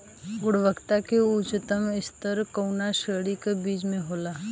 गुणवत्ता क उच्चतम स्तर कउना श्रेणी क बीज मे होला?